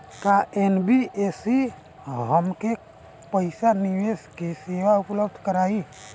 का एन.बी.एफ.सी हमके पईसा निवेश के सेवा उपलब्ध कराई?